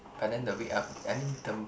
but then the week aft~ I mean term